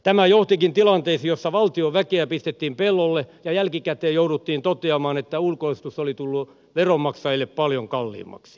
tämä johtikin tilanteisiin joissa valtion väkeä pistettiin pellolle ja jälkikäteen jouduttiin toteamaan että ulkoistus oli tullut veronmaksajille paljon kalliimmaksi